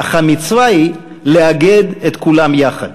אך המצווה היא לאגד את כולם יחד.